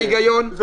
זה ההיגיון?